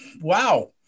wow